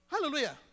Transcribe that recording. Hallelujah